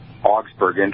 Augsburg